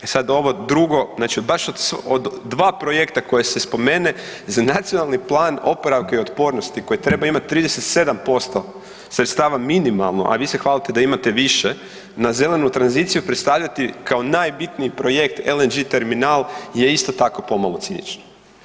E sad ovo drugo, znači baš od 2 projekta koje se spomene za Nacionalni plan oporavka i otpornosti koji treba imati 37% sredstava minimalno, a vi se hvalite da imate više na zelenu tranziciju predstavljati kao najbitniji projekt LNG terminal je isto tako pomalo cinično.